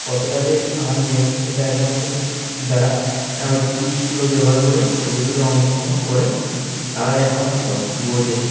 কতটা যে আনন্দের সেটা একমাত্র যারা ওই টিপসগুলো ব্যবহার করে ছবিগুলো অঙ্কন করে তারাই একমাত্র বোঝে